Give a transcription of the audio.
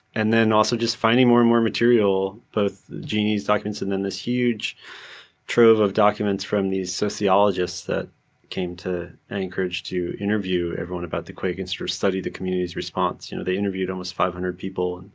and then also just finding more and more material, both genie's documents and then this huge trove of documents from these sociologists that came to anchorage to interview everyone about the quake and sort of study the community's response. you know they interviewed almost five hundred people.